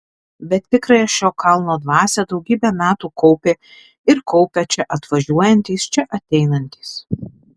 bet tikrąją šio kalno dvasią daugybę metų kaupė ir kaupia čia atvažiuojantys čia ateinantys